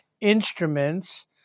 instruments